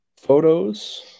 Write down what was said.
Photos